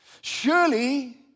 Surely